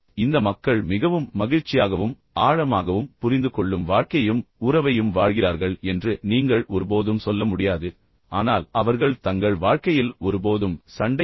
இந்த மக்கள் மிகவும் மகிழ்ச்சியாகவும் ஆழமாகவும் புரிந்துகொள்ளும் வாழ்க்கையையும் உறவையும் வாழ்கிறார்கள் என்று நீங்கள் ஒருபோதும் சொல்ல முடியாது ஆனால் அவர்கள் தங்கள் வாழ்க்கையில் ஒருபோதும் சண்டையிடவில்லை